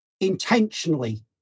intentionally